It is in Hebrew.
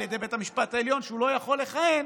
ידי בית המשפט העליון שהוא לא יכול לכהן,